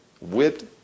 whipped